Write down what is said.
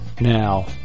Now